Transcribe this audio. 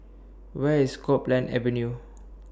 Where IS Copeland Avenue